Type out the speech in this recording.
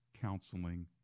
Counseling